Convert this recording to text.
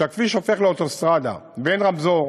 הכביש הופך לאוטוסטרדה ואין רמזור